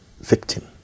victim